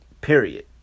period